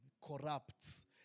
corrupts